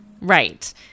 Right